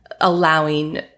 allowing